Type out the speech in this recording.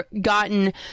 gotten